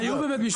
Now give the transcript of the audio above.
היינו בבית משפט.